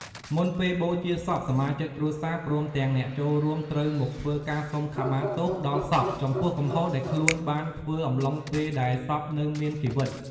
មុនពេលបូជាសព សមាជិកគ្រួសារ ព្រមទាំងអ្នកចូលរួមត្រូវមកធ្វើការ សុំខមាទោសដល់សពចំពោះកំហុសដែលខ្លួនបានធ្វើអំឡុងពេលដែលសពនៅមានជីវិត។